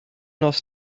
nos